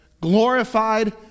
glorified